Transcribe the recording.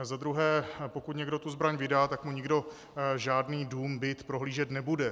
Zadruhé, pokud někdo zbraň vydá, tak mu nikdo žádný dům, byt prohlížet nebude.